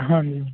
ਹਾਂਜੀ